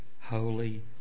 holy